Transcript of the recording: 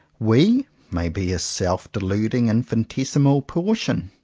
we may be a self-deluding infi nitesimal portion.